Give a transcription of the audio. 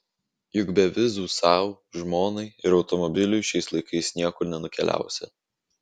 juk be vizų sau žmonai ir automobiliui šiais laikais niekur nenukeliausi